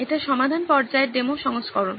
এটি সমাধান পর্যায়ের ডেমো সংস্করণ